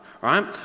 right